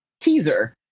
teaser